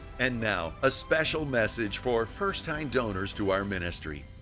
and now a special message for first time donors to our ministry.